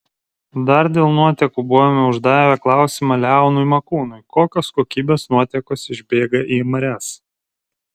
dar dėl nuotekų buvome uždavę klausimą leonui makūnui kokios kokybės nuotekos išbėga į marias